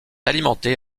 alimentée